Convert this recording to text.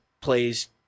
plays